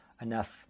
enough